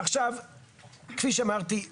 כפי שאמרתי,